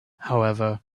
however